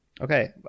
Okay